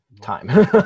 time